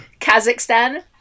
Kazakhstan